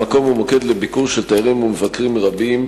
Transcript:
המקום הוא מוקד לביקור של תיירים ומבקרים רבים,